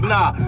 Nah